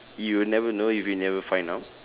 you'll never know if you never find out